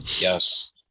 yes